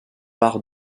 par